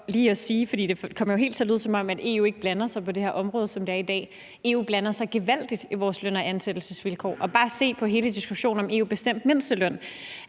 EU, som det er i dag, ikke blander sig på det område. EU blander sig gevaldigt i vores løn- og ansættelsesvilkår. Se bare på hele diskussionen om EU-bestemt mindsteløn.